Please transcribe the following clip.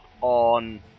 on